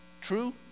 true